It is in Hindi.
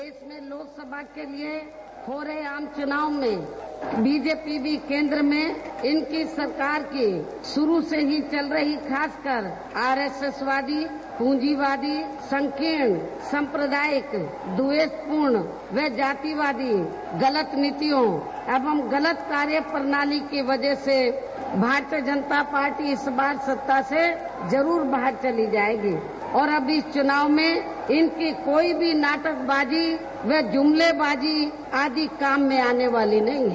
देश में लोकसभा के लिए आम चुनाव में बीजेपी की केन्द्र में इनकी सरकार की शुरू से ही चल रही आर एस एस पृजीवादी संकीर्ण साम्प्रदायिक द्वेषपूर्ण और जातिवादी गलत नीतियों एवं गलत कार्य प्रणाली की वजह से भारतीय जनता पार्टी इस बार सत्ता से जरूरे बाहर चली जायेगी और इस चुनाव में इनकी कोई भी नाटकबाजी व जूमलेबाजी आदि काम में आने वाली नहीं हैं